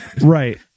right